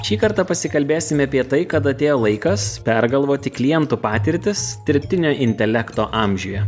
šį kartą pasikalbėsime apie tai kad atėjo laikas pergalvoti kliento patirtis dirbtinio intelekto amžiuje